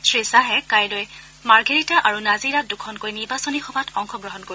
শ্ৰীখাহে কাইলৈ মাৰ্ঘেৰিটা আৰু নাজিৰাত দুখনকৈ নিৰ্বাচনী সভাত অংশগ্ৰহণ কৰিব